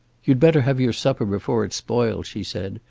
you'd better have your supper before it spoils, she said.